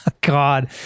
God